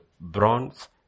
bronze